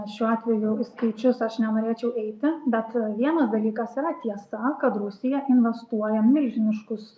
šiuo atveju į skaičius aš nenorėčiau eiti bet vienas dalykas yra tiesa kad rusija investuoja milžiniškus